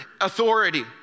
authority